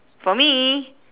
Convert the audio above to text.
for me